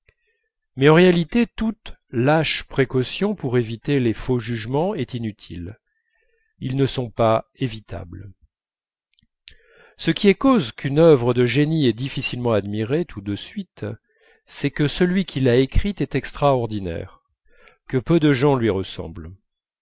mais en réalité toute lâche précaution pour éviter les faux arguments est inutile ils ne sont pas évitables ce qui est cause qu'une œuvre de génie est difficilement admirée tout de suite c'est que celui qui l'a écrite est extraordinaire que peu de gens lui ressemblent